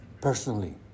personally